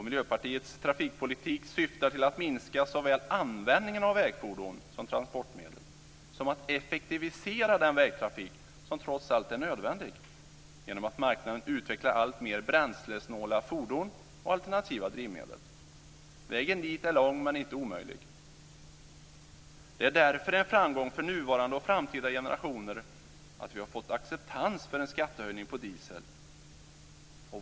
Miljöpartiets trafikpolitik syftar såväl till att minska användningen av vägfordon som transportmedel som till att effektivisera den vägtrafik som trots allt är nödvändig, genom att marknaden utvecklar allt mer bränslesnåla fordon och alternativa drivmedel. Vägen dit är lång, men inte omöjlig. Det är därför en framgång för nuvarande och framtida generationer att vi har fått acceptans för en höjning av skatten på diesel.